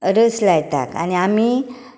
रोस लायतात आनी आमी